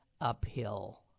uphill